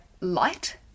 Light